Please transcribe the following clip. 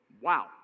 Wow